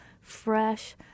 fresh